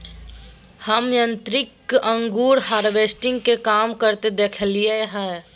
हम यांत्रिक अंगूर हार्वेस्टर के काम करते देखलिए हें